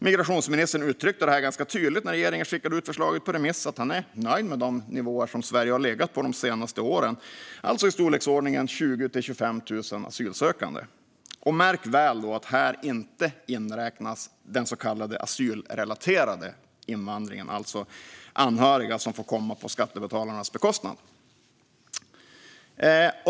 Migrationsministern uttryckte ganska tydligt när regeringen skickade ut förslaget på remiss att han är nöjd med de nivåer Sverige har legat på de senaste åren, alltså i storleksordningen 20 000-25 000 asylsökande. Märk då väl att här inte inräknas den så kallade asylrelaterade invandringen, det vill säga anhöriga som får komma på skattebetalarnas bekostnad.